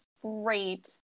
Great